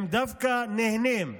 הם דווקא נהנים.